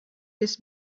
his